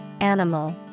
animal